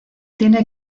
tiene